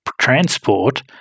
transport